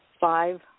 five